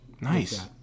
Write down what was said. Nice